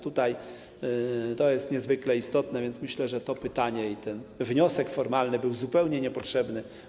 To jest niezwykle istotne i myślę, że to pytanie i ten wniosek formalny był zupełnie niepotrzebny.